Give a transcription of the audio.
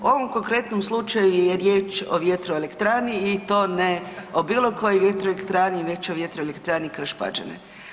U ovom konkretnom slučaju je riječ o vjetroelektrani i to ne o bilo kojoj vjetroelektrani već o vjetroelektrani Krpš-Pađene.